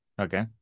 Okay